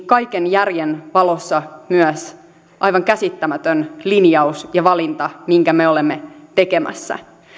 kaiken järjen valossa aivan käsittämätön linjaus ja valinta minkä me olemme tekemässä